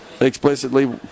explicitly